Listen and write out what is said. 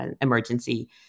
emergency